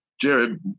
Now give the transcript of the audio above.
Jared